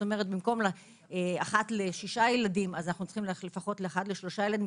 במקום 1 ל-6 ילדים צריך 1 ל-3 ילדים